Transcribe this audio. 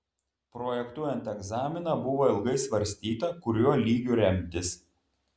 projektuojant egzaminą buvo ilgai svarstyta kuriuo lygiu remtis